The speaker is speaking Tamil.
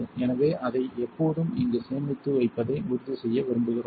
எனவே அதை எப்போதும் இங்கு சேமித்து வைப்பதை உறுதிசெய்ய விரும்புகிறோம்